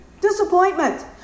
Disappointment